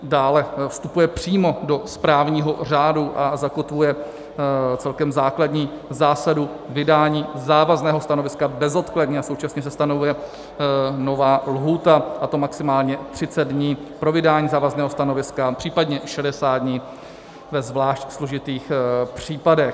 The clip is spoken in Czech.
Dále vstupuje přímo do správního řádu a zakotvuje celkem základní zásadu vydání závazného stanoviska bezodkladně a současně se stanovuje nová lhůta, a to maximálně 30 dní pro vydání závazného stanoviska, případně 60 dní ve zvlášť složitých případech.